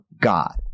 God